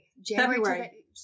January